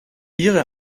ihre